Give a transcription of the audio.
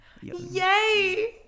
Yay